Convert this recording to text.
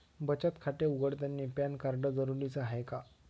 बचत खाते उघडतानी पॅन कार्ड जरुरीच हाय का?